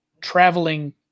traveling